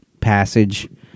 passage